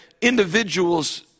individuals